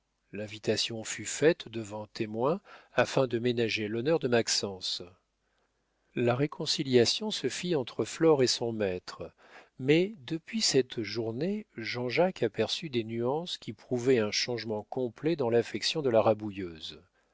l'invitation fut faite devant témoins afin de ménager l'honneur de maxence la réconciliation se fit entre flore et son maître mais depuis cette journée jean-jacques aperçut des nuances qui prouvaient un changement complet dans l'affection de la rabouilleuse